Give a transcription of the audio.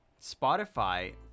Spotify